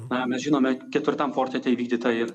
na mes žinome ketvirtam forte tai įvykdyta ir